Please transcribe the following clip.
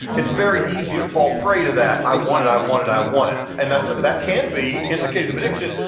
it's very easy to fall prey to that, i want it, i want it, i want it, and that can be, in the case of addiction,